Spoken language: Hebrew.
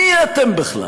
מי אתם בכלל?